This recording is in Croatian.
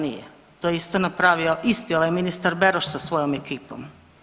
Nije, to je isto napravio isti ovaj ministar Beroš sa svojom ekipom.